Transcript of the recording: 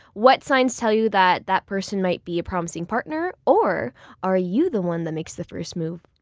what signs tell you that that person might be a promising partner? or are you the one that makes the first move?